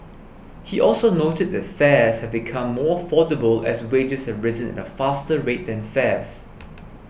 he also noted that fares have become more affordable as wages have risen at a faster rate than fares